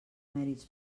mèrits